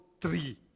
three